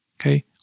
okay